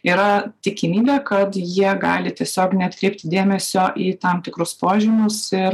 yra tikimybė kad jie gali tiesiog neatkreipti dėmesio į tam tikrus požymius ir